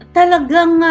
talagang